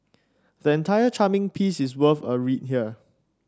the entire charming piece worth a read here